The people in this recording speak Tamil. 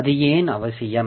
அது ஏன் அவசியம்